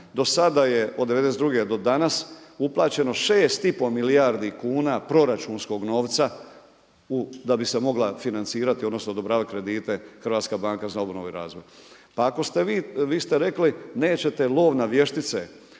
do sada je od '92. do danas uplaćeno 6 i pol milijardi kuna proračunskog novca da bi se mogla financirati, odnosno odobravati kredite Hrvatska banka za obnovu i razvoj. Pa ako ste vi, vi ste rekli nećete lov na vještice